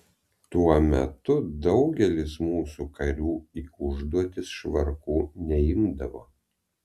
tuo metu daugelis mūsų karių į užduotis švarkų neimdavo